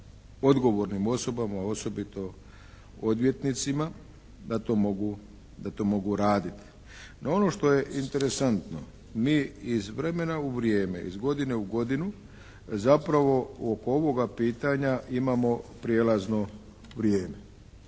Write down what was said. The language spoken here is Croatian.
odgovornim osobama, osobito odvjetnicima da to mogu raditi. No ono što je interesantno, mi iz vremena u vrijeme, iz godine u godinu zapravo oko ovoga pitanja imamo prijelazno vrijeme.